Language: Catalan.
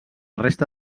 resta